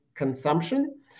consumption